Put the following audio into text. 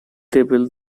table